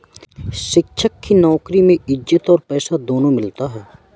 शिक्षक की नौकरी में इज्जत और पैसा दोनों मिलता है